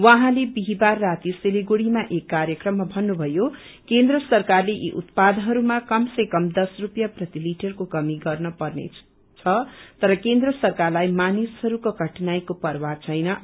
उहाँले बिहिबार राति सिलीगुड़ीमा एक ाकार्यक्रममा भन्नुभयो केन्द्र सरकारले यी उत्पादहरूमा कम से कम दश स्रपियाँ प्रति लिटर को कमी गर्न पर्नेछ तर केन्द्र सरकारलाई मानिसहरूको कठिनाईको पर्वाह छैनन